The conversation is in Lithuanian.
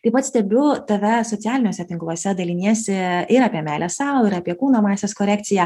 taip pat stebiu tave socialiniuose tinkluose daliniesi ir apie meilę sau ir apie kūno masės korekciją